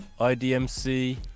IDMC